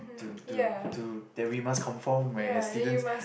to to to that we must conform whereas students